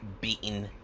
beaten